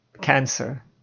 Cancer